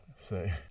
say